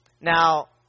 Now